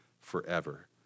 forever